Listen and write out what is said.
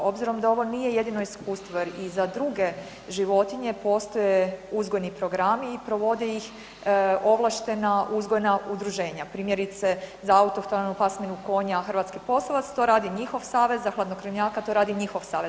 Obzirom da ovo nije jedino iskustvo jer i za druge životinje postoje uzgojni programi i provode ih ovlaštena uzgojna udruženja, primjerice, za autohtonu pasminu konja hrvatski posavac, to radi njihov savez, a hladnokrvnjaka to radi njihov savez.